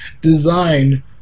design